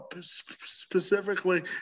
specifically